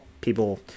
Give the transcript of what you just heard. people